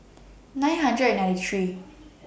nine hundred and ninety three